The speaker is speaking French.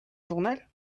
journal